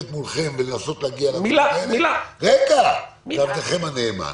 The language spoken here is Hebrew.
מולכם ולנסות להגיע --- זה עבדכם הנאמן.